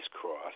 cross